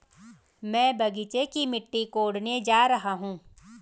मैं बगीचे की मिट्टी कोडने जा रहा हूं